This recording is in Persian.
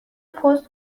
پست